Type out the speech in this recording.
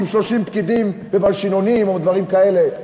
עם 30 פקידים ומלשינונים או דברים כאלה.